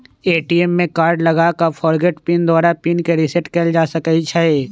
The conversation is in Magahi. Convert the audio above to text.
ए.टी.एम में कार्ड लगा कऽ फ़ॉरगोट पिन द्वारा पिन के रिसेट कएल जा सकै छै